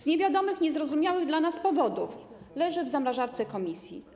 Z niewiadomych, niezrozumiałych dla nas powodów leży on w zamrażarce komisji.